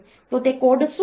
તો તે કોડ શું છે